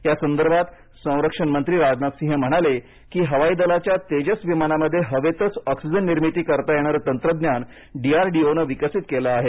यासंदर्भात संरक्षणमंत्री राजनाथ सिंह म्हणाले कीहवाई दलाच्या तेजस विमानामध्ये हवेतच ऑक्सिजन निर्मिती करता येणारं तंत्रज्ञान डी आर डी ओ ने विकसित केले आहे